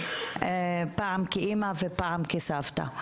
פעם כאמא ופעם כסבתא,